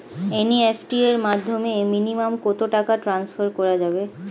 NEFT এর মাধ্যমে minimum কত টাকা টান্সফার করা যাবে?